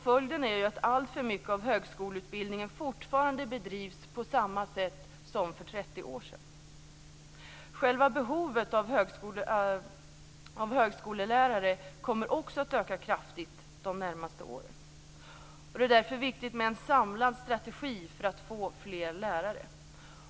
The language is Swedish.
Följden är att alltför mycket av högskoleutbildningen fortfarande bedrivs på samma sätt som för 30 år sedan. Behovet av högskolelärare kommer att öka kraftigt de närmaste åren. Det är därför viktigt med en samlad strategi för att få fler lärare.